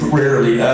rarely